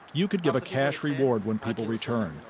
you could give a cash reward when people return.